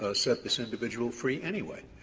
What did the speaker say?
ah set this individual free anyway.